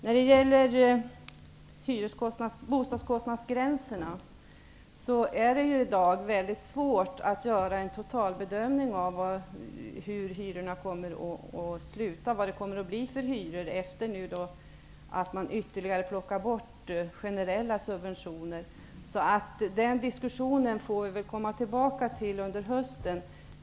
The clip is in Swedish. När det gäller bostadskostnadsgränserna är det i dag väldigt svårt att göra en totalbedömning av vad det kommer att bli för hyror efter det att man ytterligare plockar bort generella subventioner. Den diskussionen får vi återkomma till under hösten.